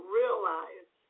realize